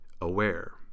aware